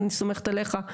אני סומכת עליך,